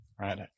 right